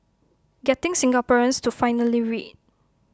getting Singaporeans to finally read